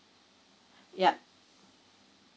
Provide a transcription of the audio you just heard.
yup